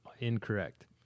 Incorrect